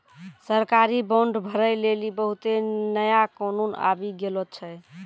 सरकारी बांड भरै लेली बहुते नया कानून आबि गेलो छै